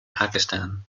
pakistan